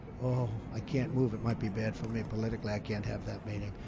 oh, i can't move, it might be bad for me politically, i can't have that meeting.